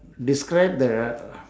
describe the